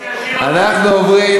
אנחנו עוברים